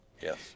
yes